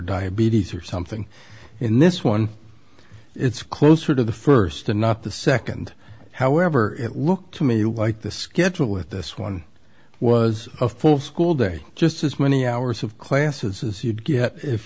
diabetes or something in this one it's closer to the st and not the nd however it looked to me like the schedule with this one was a full school day just as many hours of classes as you'd get if